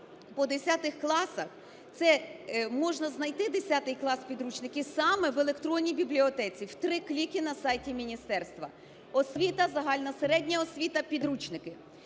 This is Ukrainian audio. по 10 класах, це можна знайти 10 клас підручники саме в електронній бібліотеці, в три кліки на сайті міністерства: освіта, загальна середня освіта, підручники.